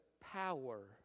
power